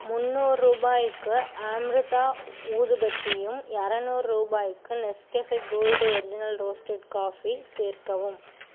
முந்நூறு ரூபாய்க்கு அம்ருதா ஊதுபத்தியும் இரநூறு ரூபாய்க்கு Nescafe gold original roasted coffee சேர்க்கவும்